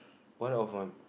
one of the